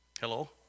Hello